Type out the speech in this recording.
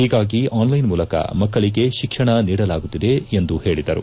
ಹೀಗಾಗಿ ಆನ್ಲೈನ್ ಮೂಲಕ ಮಕ್ಕಳಿಗೆ ಶಿಕ್ಷಣ ನೀಡಲಾಗುತ್ತಿದೆ ಎಂದು ಹೇಳಿದರು